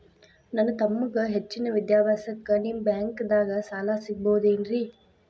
ನನ್ನ ತಮ್ಮಗ ಹೆಚ್ಚಿನ ವಿದ್ಯಾಭ್ಯಾಸಕ್ಕ ನಿಮ್ಮ ಬ್ಯಾಂಕ್ ದಾಗ ಸಾಲ ಸಿಗಬಹುದೇನ್ರಿ?